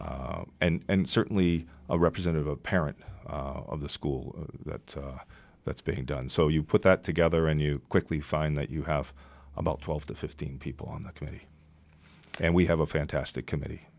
and certainly a representative a parent of the school that that's being done so you put that together and you quickly find that you have about twelve to fifteen people on the committee and we have a fantastic committee